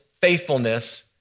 faithfulness